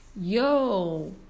Yo